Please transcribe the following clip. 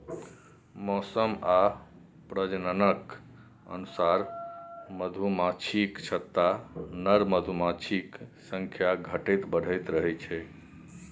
मौसम आ प्रजननक अनुसार मधुमाछीक छत्तामे नर मधुमाछीक संख्या घटैत बढ़ैत रहै छै